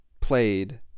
played